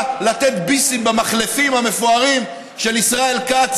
לתת ביסים במחלפים המפוארים של ישראל כץ.